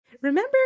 remember